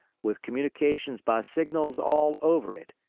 with communications by signals all over it,